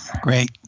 Great